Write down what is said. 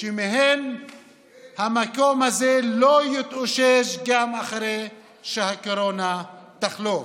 שמהן המקום הזה לא יתאושש גם אחרי שהקורונה תחלוף.